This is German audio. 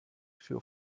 für